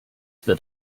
wird